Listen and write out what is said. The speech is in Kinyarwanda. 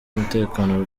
umutekano